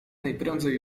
najprędzej